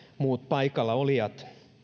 muut paikallaolijat